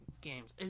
games